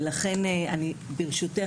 ברשותך,